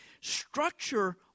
structure